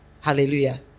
Hallelujah